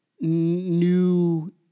new